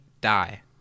die